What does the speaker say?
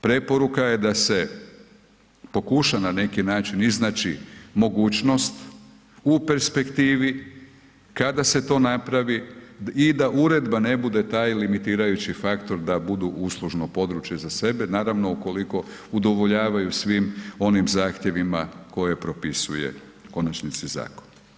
Preporuka je da se pokuša na neki način iznaći mogućnost u perspektivi, kada se to napravi i da uredba ne bude taj limitirajući faktor, da budu uslužno područje za sebe, naravno ukoliko udovoljavaju svim onim zahtjevima koje propisuje u konačnici zakon.